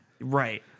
right